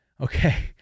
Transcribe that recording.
okay